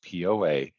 POA